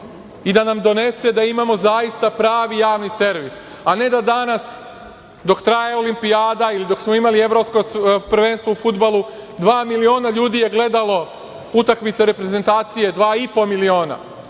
i da nam donese da imamo zaista pravi javni servis, a ne da danas, dok traje Olimpijada ili dok smo imali Evropsko prvenstvo u fudbalu, dva miliona ljudi je gledalo utakmice reprezentacije, dva i po